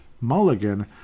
mulligan